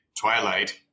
twilight